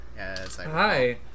Hi